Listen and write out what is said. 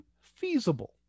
Feasible